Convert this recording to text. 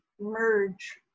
merge